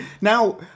Now